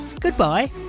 goodbye